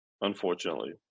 unfortunately